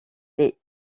les